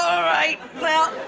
alright, well,